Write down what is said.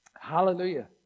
Hallelujah